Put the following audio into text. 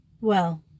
Well